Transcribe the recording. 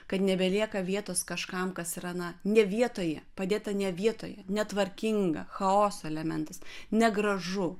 kad nebelieka vietos kažkam kas yra na ne vietoje padėta ne vietoje netvarkinga chaoso elementas negražu